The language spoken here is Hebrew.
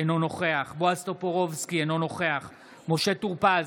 אינו נוכח בועז טופורובסקי, אינו נוכח משה טור פז,